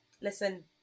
listen